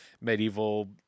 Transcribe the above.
medieval